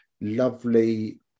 lovely